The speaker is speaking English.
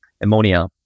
ammonia